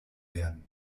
werden